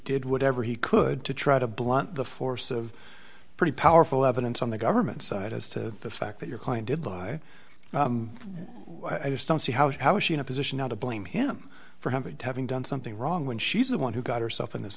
did whatever he could to try to blunt the force of pretty powerful evidence on the government's side as to the fact that your client did lie i just don't see how how was she in a position now to blame him for having to having done something wrong when she's the one who got herself in this